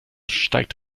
steigt